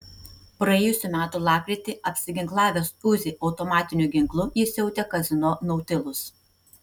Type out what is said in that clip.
praėjusių metų lapkritį apsiginklavęs uzi automatiniu ginklu jis siautė kazino nautilus